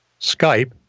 Skype